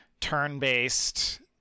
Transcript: turn-based